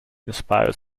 inspired